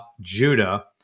Judah